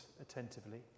attentively